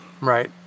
Right